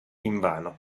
invano